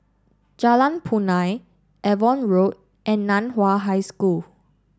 Jalan Punai Avon Road and Nan Hua High School